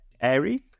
Airy